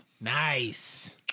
Nice